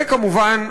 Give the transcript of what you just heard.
וכמובן,